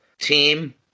team